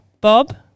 Bob